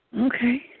Okay